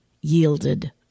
yielded